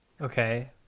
Okay